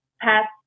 past